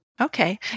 Okay